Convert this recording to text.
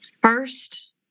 First